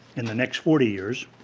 in the next forty years.